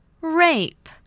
Rape